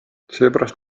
seepärast